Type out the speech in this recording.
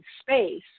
space